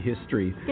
history